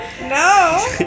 no